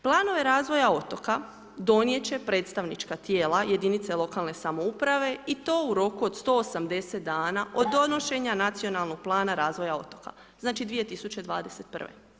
Planove razvoja otoka donijeti će predstavnička tijela jedinice lokalne samouprave i to u roku od 180 dana od donošenja Nacionalnog plana razvoja otoka, znači 2021.